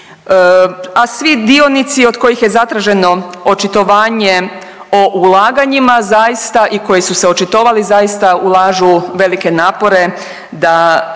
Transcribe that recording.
a svi dionici od kojih je zatraženo očitovanje o ulaganjima zaista i koji su se očitovali zaista ulažu velike napore da svojim